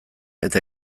eta